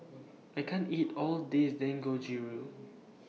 I can't eat All This Dangojiru